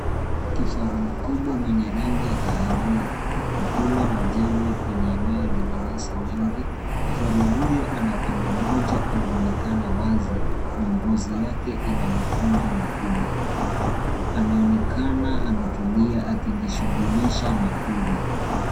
Kifaru mkubwa mwenye rangi ya kahawia akila majani kwenye eneo lenye nyasi nyingi , kifaru huyo ana pembe moja inayoonekana wazi na ngozi yake ina mikunjo mikubwa ,anaonekana ametulia akijishughulisha na kula.